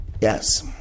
Yes